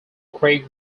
craig